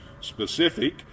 specific